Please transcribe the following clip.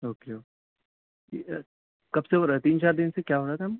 okay okay ٹھیک ہے کب سے ہو رہا ہے تین چار دن سے کیا ہو رہا تھا